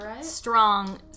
strong